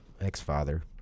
ex-father